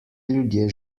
ljudje